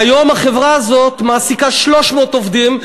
היום החברה הזאת מעסיקה 300 עובדים,